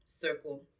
circle